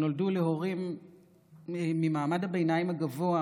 שנולדו להורים ממעמד הביניים הגבוה,